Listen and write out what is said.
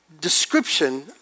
description